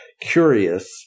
curious